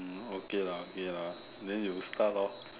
hmm okay lah okay lah then you start lor